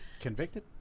Convicted